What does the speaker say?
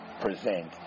present